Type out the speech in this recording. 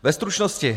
Ve stručnosti.